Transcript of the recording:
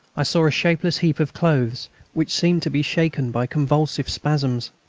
i saw a shapeless heap of clothes which seemed to be shaken by convulsive spasms.